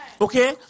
Okay